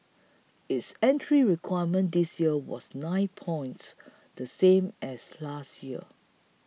its entry requirement this year was nine points the same as last year